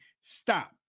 Stop